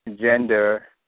Gender